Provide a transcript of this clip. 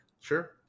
Sure